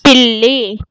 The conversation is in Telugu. పిల్లి